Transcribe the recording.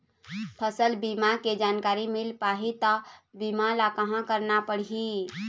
फसल बीमा के जानकारी मिल पाही ता बीमा ला कहां करना पढ़ी?